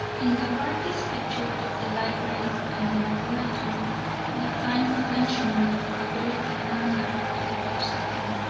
in gabarty's picture of the library and laboratory we find frenchmen of a very different type to the corsican.